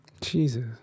Jesus